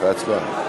אחרי ההצבעה.